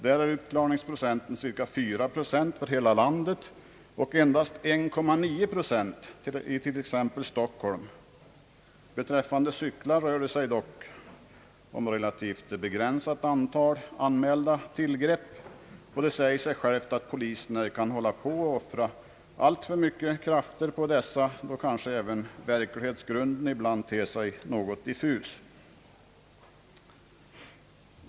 Där är uppklaringsprocenten ca 4 procent för hela landet och endast 1,9 procent i Stockholm. Beträffande cyklar rör det sig dock om ett relativt begränsat antal anmälda tillgrepp, och det säger sig självt att polisen ej kan offra alltför mycket krafter på dessa, då kanske även verklighetsgrunden ibland ter sig något diffus.